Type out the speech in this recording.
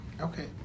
Okay